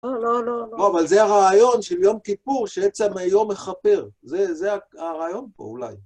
לא, לא, לא, לא. לא, אבל זה הרעיון של יום כיפור, שעצם היום מכפר. זה הרעיון פה אולי.